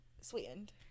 sweetened